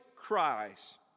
cries